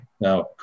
Now